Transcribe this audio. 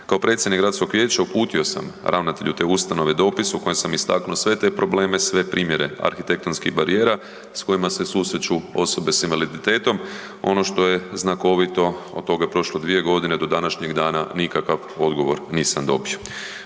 Kao predsjednik gradskog vijeća uputio sam ravnatelju te ustanove dopis u kojem sam istaknuo sve te probleme, sve primjere arhitektonskih barijera s kojima se susreću osobe s invaliditetom. Ono što je znakovito od toga prošlo 2 godine, do današnjeg dana nikakav odgovor nisam dobio.